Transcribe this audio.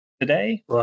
today